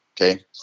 Okay